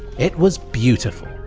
it was beautiful.